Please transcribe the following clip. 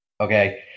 Okay